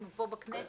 אנחנו פה בכנסת,